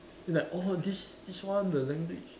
it's like oh this this one the language